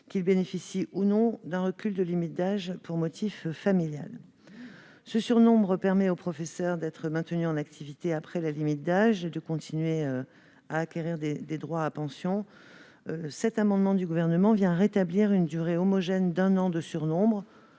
qu'ils bénéficient, ou non, d'un recul de limite d'âge pour motif familial. Ce surnombre permet aux professeurs d'être maintenus en activité après la limite d'âge et de continuer à acquérir des droits à pension. Le présent amendement du Gouvernement vise à rétablir une durée homogène d'un an de surnombre